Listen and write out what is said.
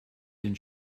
den